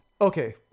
Okay